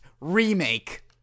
remake